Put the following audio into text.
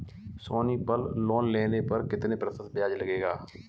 सोनी पल लोन लेने पर कितने प्रतिशत ब्याज लगेगा?